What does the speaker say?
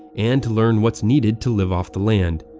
and to learn what's needed to live off the land.